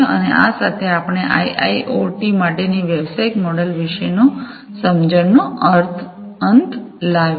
અને આ સાથે આપણે આઈઆઈઓટી માટેના વ્યવસાયિક મોડેલો વિશેની સમજણનો અંત લાવ્યા